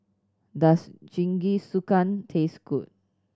does Jingisukan taste good